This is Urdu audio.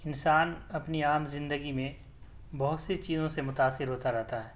انسان اپنی عام زندگی میں بہت سی چیزوں سے متاثر ہوتا رہتا ہے